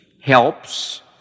helps